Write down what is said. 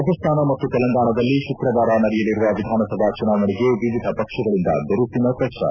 ರಾಜಸ್ತಾನ ಮತ್ತು ತೆಲಂಗಾಣದಲ್ಲಿ ಶುಕ್ರವಾರ ನಡೆಯಲಿರುವ ವಿಧಾನಸಭಾ ಚುನಾವಣೆಗೆ ವಿವಿಧ ಪಕ್ಷಗಳಿಂದ ಬಿರುಸಿನ ಪ್ರಚಾರ